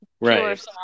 Right